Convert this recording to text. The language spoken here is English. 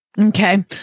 Okay